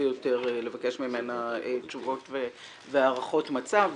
ביותר לבקש ממנו תשובות והערכות מצב.